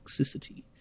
toxicity